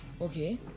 Okay